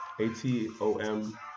ATOM